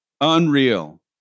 Unreal